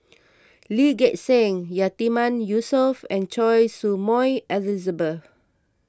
Lee Gek Seng Yatiman Yusof and Choy Su Moi Elizabeth